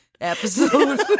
episode